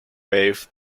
wave